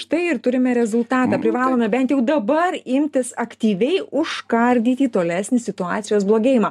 štai ir turime rezultatą privalome bent jau dabar imtis aktyviai užkardyti tolesnį situacijos blogėjimą